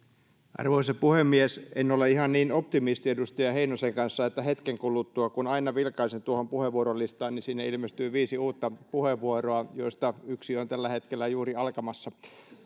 arvoisa puhemies en ole ihan niin optimisti kuin edustaja heinonen että hetken kuluttua koska aina kun vilkaisen tuohon puheenvuorolistaan niin sinne ilmestyy viisi uutta puheenvuoroa joista yksi on tällä hetkellä juuri alkamassa